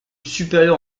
supérieur